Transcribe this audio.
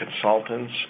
consultants